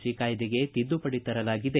C ಕಾಯ್ದೆಗೆ ತಿದ್ದುಪಡಿ ತರಲಾಗಿದೆ